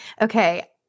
okay